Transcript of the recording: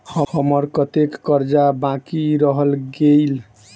हम्मर कत्तेक कर्जा बाकी रहल गेलइ?